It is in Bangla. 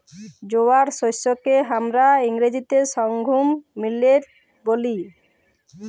জয়ার শস্যকে হামরা ইংরাজিতে সর্ঘুম মিলেট ব্যলি